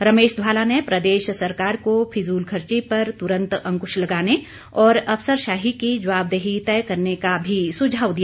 रमेश धवाला ने प्रदेश सरकार को फिजूलखर्ची पर तुरंत अंकुश लगाने और अफसरशाही की जवाबदेही तय करने का भी सुझाव दिया